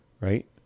right